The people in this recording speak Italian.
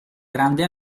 grande